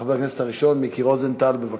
חבר הכנסת הראשון, מיקי רוזנטל, בבקשה.